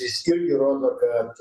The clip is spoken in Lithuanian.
jis irgi rodo kad